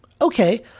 okay